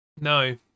No